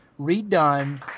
redone